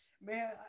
man